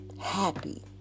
happy